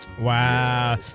Wow